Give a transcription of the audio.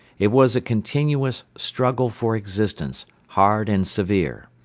it was a continuous struggle for existence, hard and severe.